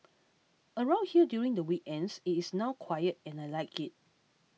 around here during the weekends it is now quiet and I like it